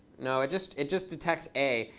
no, it just it just detects a.